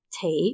tape